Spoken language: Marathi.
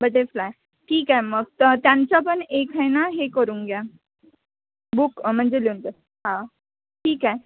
बटरफ्लाय ठीक आहे मग तर त्यांचा पण एक आहे ना हे करून घ्या बुक म्हणजे लिहून घ्या हा ठीक आहे